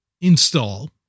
install